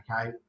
okay